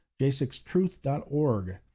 j6truth.org